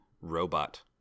Robot